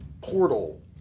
portal